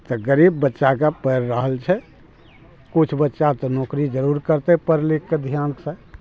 तऽ गरीब बच्चाके पढ़ि रहल छै किछु बच्चा तऽ नौकरी जरूर करतै पइढ़ लिख कऽ ध्यान सऽ